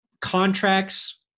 contracts